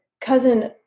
cousin